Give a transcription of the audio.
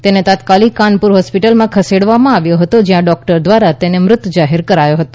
તેને તાત્કાલિક કાનપુર હોસ્પિટલમાં ખસેડવામાં આવ્યો હતો જ્યાં ડોકટરો દ્વારા તેને મૃત જાહેર કરાયો હતો